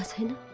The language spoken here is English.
him!